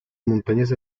montañas